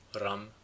rum